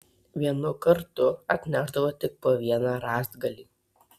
vienu kartu atnešdavo tik po vieną rąstgalį